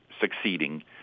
succeeding